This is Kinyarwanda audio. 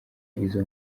izo